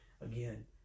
Again